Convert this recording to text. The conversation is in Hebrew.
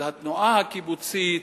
על התנועה הקיבוצית,